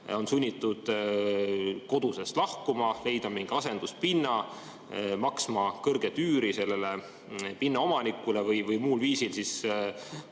on sunnitud kodudest lahkuma, leidma mingi asenduspinna, maksma kõrget üüri selle pinna omanikule või muul viisil oma